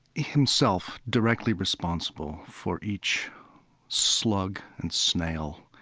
himself directly responsible for each slug and snail,